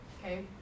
Okay